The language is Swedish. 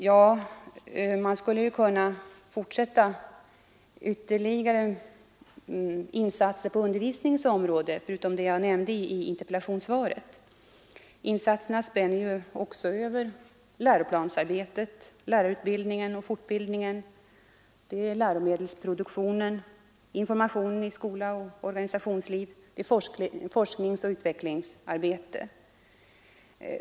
Ja, jag skulle vilja nämna ytterligare insatser på undervisningens område förutom de jag nämnde i interpellationssvaret. Insatserna spänner också över läroplansarbetet, lärarutbildningen och fortbildningen, läromedelsproduktionen, informationen i skola och organisationsliv, forskningsoch utvecklingsarbetet.